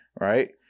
right